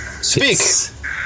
Speak